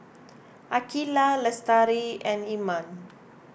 Aqilah Lestari and Iman